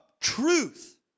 truth